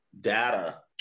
data